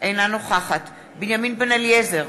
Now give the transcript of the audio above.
אינה נוכחת בנימין בן-אליעזר,